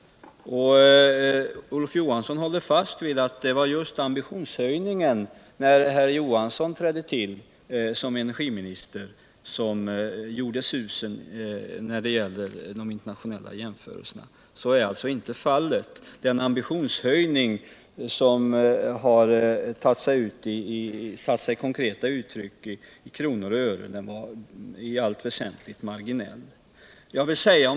Olof Johansson håller fast vid att det var den stora ambitionshöjningen när han trädde till som energiminister som gjorde susen i de internationella jämförelserna. Så är alltså inte fallet. Den ambitionshöjning som tagit sig konkret uttryck i kronor och ören var i allt väsentligt marginell.